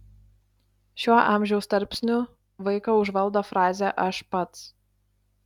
šiuo amžiaus tarpsniu vaiką užvaldo frazė aš pats